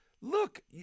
look